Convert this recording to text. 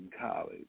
College